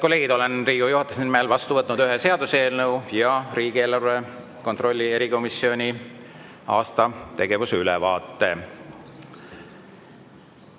kolleegid! Olen Riigikogu juhatuse nimel vastu võtnud ühe seaduseelnõu ja riigieelarve kontrolli erikomisjoni aasta tegevuse ülevaate.